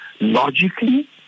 logically